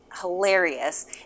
hilarious